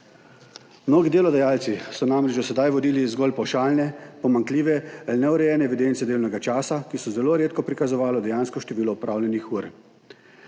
Mnogi delodajalci so namreč do sedaj vodili zgolj pavšalne, pomanjkljive ali neurejene evidence delovnega časa, ki so zelo redko prikazovale dejansko število opravljenih ur,